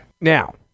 now